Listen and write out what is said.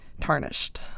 tarnished